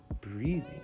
breathing